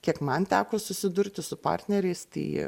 kiek man teko susidurti su partneriais tai